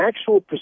actual